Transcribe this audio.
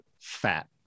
fat